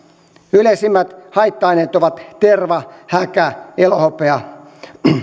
yleisimmät haitta aineet ovat terva häkä elohopea